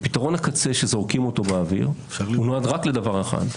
ופתרון הקצה שזורקים אותו באוויר הוא רק לדבר אחד,